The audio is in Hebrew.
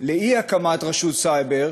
לאי-הקמת רשות סייבר